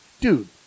dude